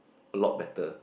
a lot better